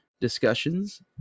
discussions